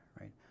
right